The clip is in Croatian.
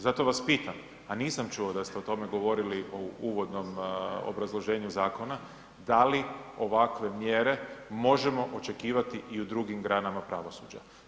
Zato vas pitam, a nisam čuo da ste o tome govorili u uvodnom obrazloženju zakona, da li ovakve mjere možemo očekivati i u drugim granama pravosuđa?